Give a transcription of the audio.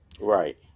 Right